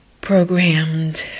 programmed